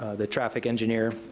the traffic engineer,